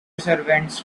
servants